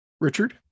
Richard